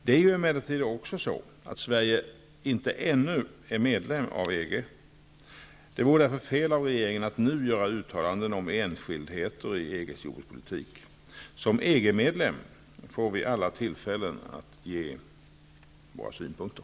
Det är emellertid också så, att Sverige inte ännu är medlem av EG. Det vore därför fel av regeringen att nu göra uttalanden om enskildheter i EG:s jordbrukspolitik. Som EG-medlem får vi alla tillfällen att ge våra synpunkter.